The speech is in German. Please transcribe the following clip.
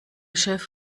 chef